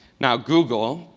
now, google,